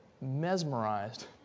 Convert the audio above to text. mesmerized